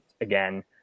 again